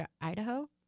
Idaho